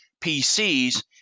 PCs